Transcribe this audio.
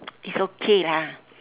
it's okay lah